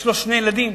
יש לו שני ילדים,